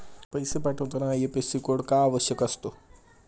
पैसे पाठवताना IFSC code का आवश्यक असतो?